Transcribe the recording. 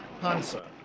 Hansa